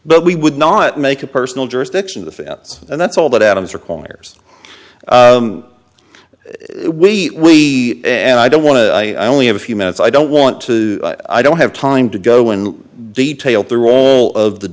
but we would not make a personal jurisdiction and that's all that adams requires we and i don't want to i only have a few minutes i don't want to i don't have time to go in detail the role of the